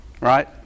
right